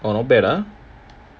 orh not bad ah